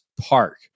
park